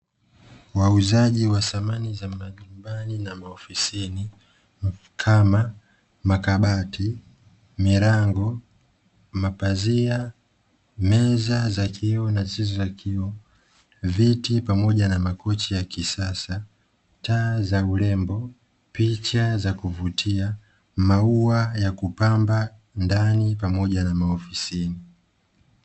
Wauzaji wa thamani za majumbani na maofisini kama makabati, milango, mapazia, meza za kioo na zisizo na kioo, viti na makochi ya kisasa, taa za urembo, picha za kuvutia, maua ya kupamba majumbani na maofisini.